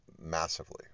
massively